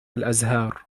الأزهار